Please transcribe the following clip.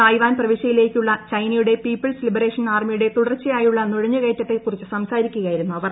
Taiwan പ്രവിശ്യയിലേയ്ക്കുള്ള ചൈനയുടെ people's liberation ആർമിയുടെ തുടർച്ചയാ യുള്ള നുഴഞ്ഞു കയറ്റത്തെ കുറിച്ച് സംസാരിക്കുകയായിരുന്നു അവർ